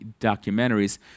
documentaries